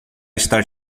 estar